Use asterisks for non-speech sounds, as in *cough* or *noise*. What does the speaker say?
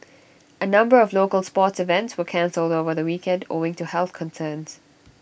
*noise* A number of local sports events were cancelled over the weekend owing to health concerns